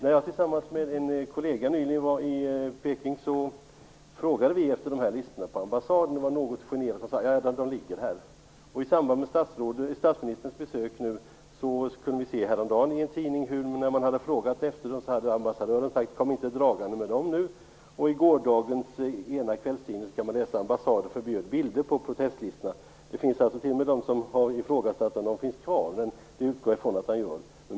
När jag tillsammans med en kollega nyligen var i Peking frågade vi efter de här listorna på ambassaden, och fick det något generade svaret att de låg där. I samband med statsministerns besök nu kunde vi se häromdagen att ambassadören, när man hade frågat efter listorna, hade svarat: Kom inte dragande med dem nu. I gårdagens ena kvällstidning kunde man läsa att ambassaden förbjöd bilder på protestlistorna. Det finns t.o.m. de som har ifrågasatt om listorna finns kvar, men det utgår jag ifrån att de gör.